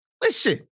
listen